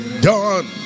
done